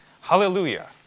Hallelujah